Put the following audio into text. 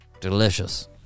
delicious